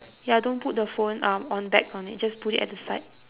ya don't put the phone um on back on it just put it at the side